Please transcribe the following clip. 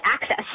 access